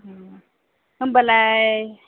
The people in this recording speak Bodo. होमबालाय